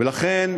ולכן,